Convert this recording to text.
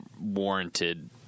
warranted